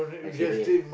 actually